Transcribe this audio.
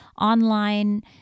online